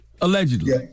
Allegedly